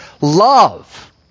love